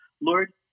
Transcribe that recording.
Lord